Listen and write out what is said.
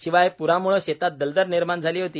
शिवाय प्राम्ळे शेतात दलदल निर्माण झाली होती